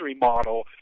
model